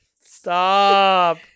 Stop